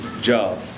job